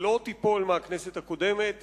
שלא תיפול מהכנסת הקודמת